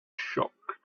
shocked